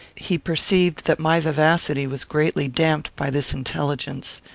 he perceived that my vivacity was greatly damped by this intelligence.